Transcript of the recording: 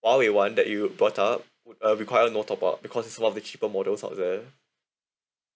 huawei [one] that you brought up would uh require no top-up because it's one of the cheaper models out there